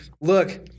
look